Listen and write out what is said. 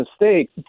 mistake